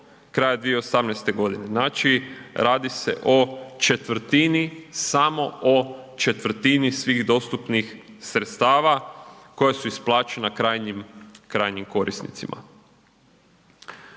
kraja 2018. godine, znači radi se o četvrtini, samo o četvrtini svih dostupnih sredstava koja su isplaćena krajnjim korisnicima.